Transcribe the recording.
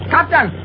Captain